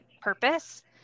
purpose